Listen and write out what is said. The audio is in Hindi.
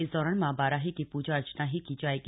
इस दौरान मां बाराही की पूजा अर्चना की जायेगी